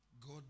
God